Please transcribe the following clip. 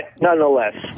nonetheless